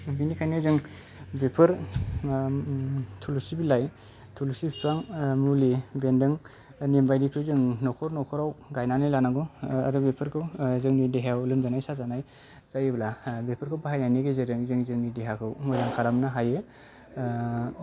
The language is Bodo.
बिनिखायनो जों बेफोर थुलुसि बिलाइ थुलुसि बिफां मुलि बेन्दोंनि बायदिखौ जों न'खर न'खराव गायनानै लानांगौ आरो बेफोरखौ जोंनि देहायाव लोमजानाय साजानाय जायोब्ला बेफोरखौ बाहायनायनि गेजेरजों जों जोंनि देहाखौ मोजां खालामनो हायो